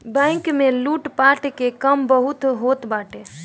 bank में लूटपाट के काम बहुते होत बाटे